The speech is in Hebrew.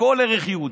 בכל ערך יהודי,